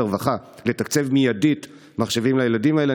הרווחה לתקצב מיידית מחשבים לילדים האלה.